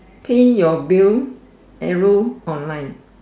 clean your bill arrow online